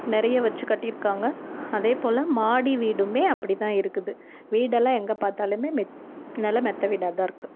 நிறைய வச்சு கட்டியிருக்காங்க அதே போல் மாடி வீடுமே அப்படி தான் இருக்குது வீடெல்லாம் எங்கே பார்த்தாலுமே மெ நல்லா மெத்த வீடாக தான் இருக்குது